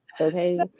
Okay